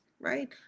right